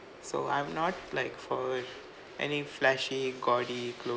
so I'm not like for any flashy gaudy clothes